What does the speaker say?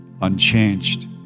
unchanged